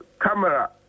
camera